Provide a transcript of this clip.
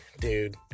dude